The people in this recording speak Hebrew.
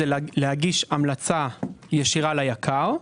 להגיש המלצה ישירה ליקר,